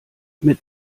mit